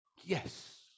Yes